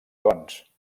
cons